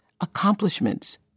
accomplishments